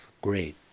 great